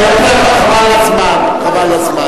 רבותי, חבל על הזמן.